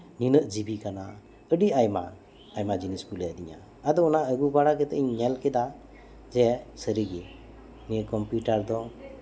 ᱱᱩᱱᱟᱹᱜ ᱡᱤᱵᱤ ᱠᱟᱱᱟ ᱟᱭᱢᱟ ᱡᱤᱱᱤᱥ ᱠᱚ ᱞᱟᱹᱭ ᱟᱹᱫᱤᱧᱟ ᱟᱫᱚ ᱚᱱᱟ ᱟᱹᱜᱩ ᱵᱟᱲᱟ ᱠᱟᱛᱮᱜ ᱤᱧ ᱧᱮᱞ ᱠᱮᱫᱟ ᱡᱮ ᱱᱤᱭᱟᱹ ᱠᱚᱢᱯᱤᱭᱩᱴᱟᱨ ᱫᱚ